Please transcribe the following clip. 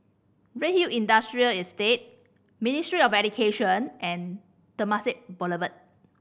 Redhill Industrial Estate Ministry of Education and Temasek Boulevard